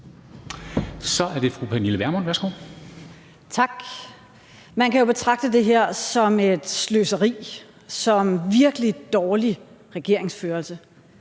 Kl. 13:23 Pernille Vermund (NB): Tak. Man kan jo betragte det her som sløseri, som virkelig dårlig regeringsførelse.